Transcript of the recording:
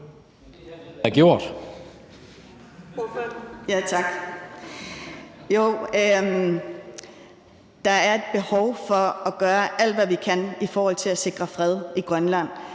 Der er et behov for at gøre alt, hvad vi kan, i forhold til at sikre fred i Grønland.